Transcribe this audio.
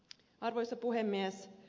arvoisa puhemies